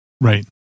Right